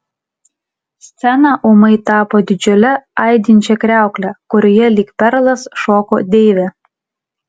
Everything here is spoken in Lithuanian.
scena ūmai tapo didžiule aidinčia kriaukle kurioje lyg perlas šoko deivė